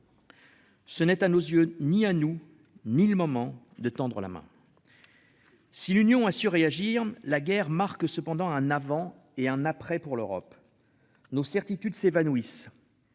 Ce n'est à nos yeux ni à nous ni le moment de tendre la main.-- Si l'Union a su réagir la guerre marque cependant un avant et un après pour l'Europe. Nos certitudes s'évanouissent.